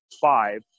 five